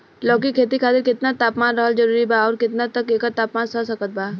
लौकी के खेती खातिर केतना तापमान रहल जरूरी बा आउर केतना तक एकर तापमान सह सकत बा?